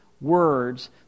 words